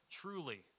truly